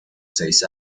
seis